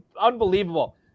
Unbelievable